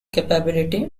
capability